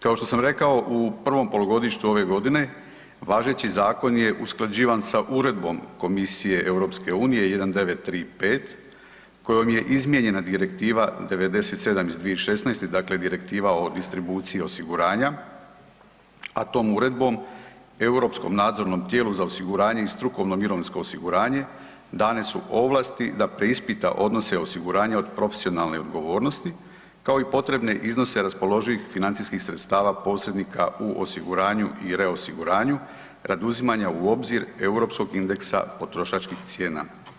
Kao što sam rekao u prvom polugodištu ove godine važeći zakon je usklađivan sa uredbom komisije EU 1935 kojom je izmijenjena Direktiva 97 iz 2016. dakle direktiva o distribuciji osiguranja, a tom uredbom europskom nadzornom tijelu za osiguranje i strukovno mirovinsko osiguranje dane su ovlasti da preispita odnose osiguranja od profesionalne odgovornosti kao i potrebne iznose raspoloživih financijskih sredstava posrednika u osiguranju i reosiguranju radi uzimanja u obzir europskog indeksa potrošačkih cijena.